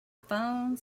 phone